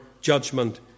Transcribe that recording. judgment